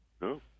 no